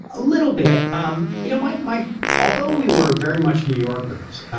a little bit. um you know, my my although we were very much new yorkers,